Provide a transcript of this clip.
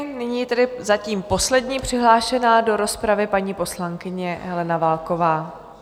Nyní tedy zatím poslední přihlášená do rozpravy, paní poslankyně Helena Válková.